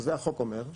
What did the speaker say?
שזה החוק אומר.